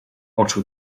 oczy